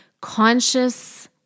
conscious